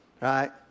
Right